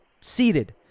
seated